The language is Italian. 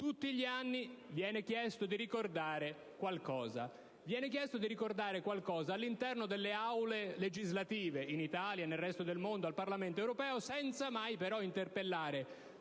Tutti gli anni viene chiesto di ricordare qualcosa all'interno delle Aule legislative, in Italia e nel resto del mondo, nonché al Parlamento europeo, senza mai però interpellare